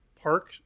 park